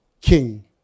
king